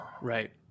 Right